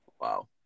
Wow